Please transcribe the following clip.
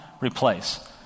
replace